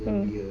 mm